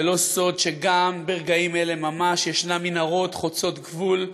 זה לא סוד שגם ברגעים אלה ממש ישנן מנהרות חוצות-גבול.